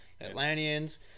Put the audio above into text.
Atlanteans